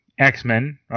X-Men